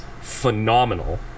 phenomenal